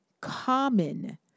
common